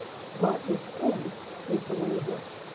but it's end is the way of death.